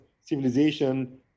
civilization